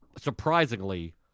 surprisingly